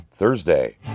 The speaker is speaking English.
Thursday